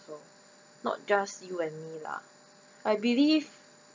also not just you and me lah I believe